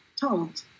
told